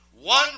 one